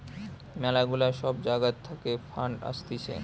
ম্যালা গুলা সব জাগা থাকে ফান্ড আসতিছে